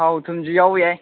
ꯊꯥꯎ ꯊꯨꯝꯁꯨ ꯌꯥꯎꯕ ꯌꯥꯏ